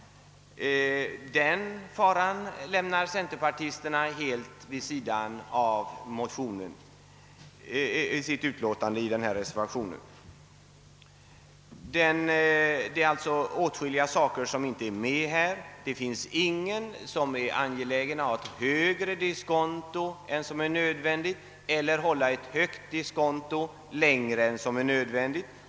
Den faran lämnar emellertid centerpartisterna helt åt sidan i reservationen. Det är alltså åtskilliga saker som inte är med där. Det finns ingen som är angelägen om att ha ett högre diskonto än som är erforderligt eller som vill behålla ett högt diskonto längre än som är nödvändigt.